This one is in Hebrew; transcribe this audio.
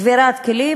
שבירת כלים,